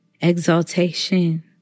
exaltation